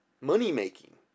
money-making